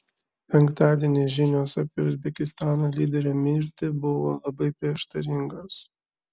penktadienį žinios apie uzbekistano lyderio mirtį buvo labai prieštaringos